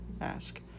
ask